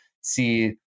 see